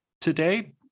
today